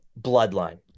bloodline